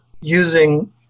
using